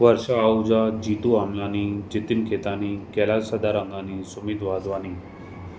Varsha Ahuja Jeetu Amlani Jiten Khetani Kailash Sadarangani Sumit Wadhwani